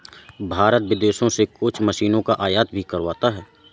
भारत विदेशों से कुछ मशीनों का आयात भी करवाता हैं